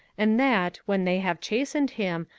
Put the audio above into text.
and that, when they have chastened him,